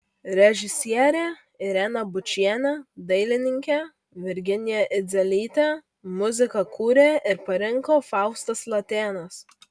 režisierė irena bučienė dailininkė virginija idzelytė muziką kūrė ir parinko faustas latėnas